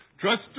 Trust